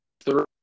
three